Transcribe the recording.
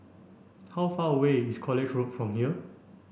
how far away is College Road from here